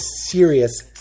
serious